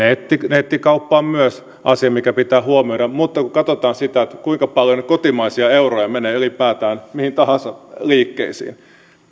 nettikauppa on myös asia mikä pitää huomioida mutta kun katsotaan sitä kuinka paljon kotimaisia euroja menee ylipäätään mihin tahansa liikkeisiin